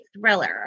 thriller